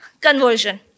conversion